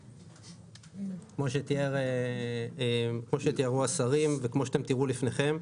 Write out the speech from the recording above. כמו שתיארו השרים וכמו שאתם תראו לפניכם,